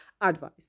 advice